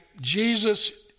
Jesus